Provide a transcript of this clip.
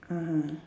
ah